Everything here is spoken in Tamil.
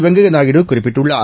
வெங்கய்ய நாயுடு குறிப்பிட்டுள்ளார்